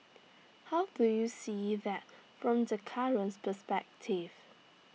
how do you see that from the currents perspective